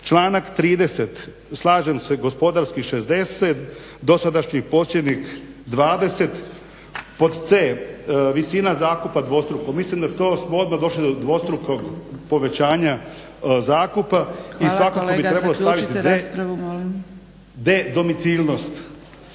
Članak 30. slažem se gospodarski 60, dosadašnji posjednik 20. Pod C visina zakupa dvostruko, mislim da to smo odmah došli do dvostrukog povećanja zakupa i svakako bi trebalo staviti D domicilnost.